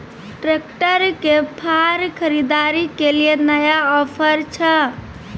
Tractor के फार खरीदारी के लिए नया ऑफर छ?